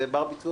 זה בר ביצוע?